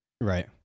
Right